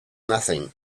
nothing